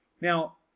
Now